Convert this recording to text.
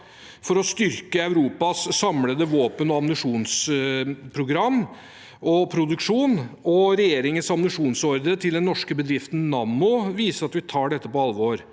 for å styrke Europas samlede våpen- og ammunisjonsprogram og -produksjon, og regjeringens ammunisjonsordre til den norske bedriften Nammo viser at vi tar dette på alvor.